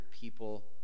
people